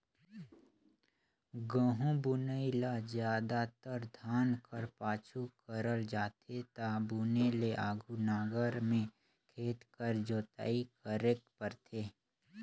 गहूँ बुनई ल जादातर धान कर पाछू करल जाथे ता बुने ले आघु नांगर में खेत कर जोताई करेक परथे